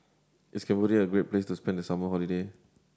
is Cambodia a great place to spend the summer holiday